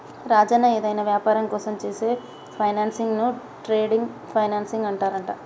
రాజన్న ఏదైనా వ్యాపారం కోసం చేసే ఫైనాన్సింగ్ ను ట్రేడ్ ఫైనాన్సింగ్ అంటారంట